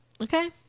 okay